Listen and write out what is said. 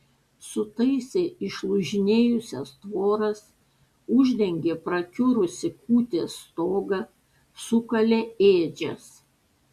sutaisė išlūžinėjusias tvoras uždengė prakiurusį kūtės stogą sukalė ėdžias